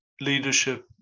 leadership